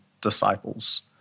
disciples